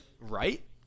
Right